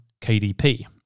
KDP